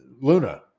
Luna